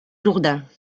jourdain